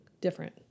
different